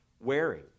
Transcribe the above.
wearing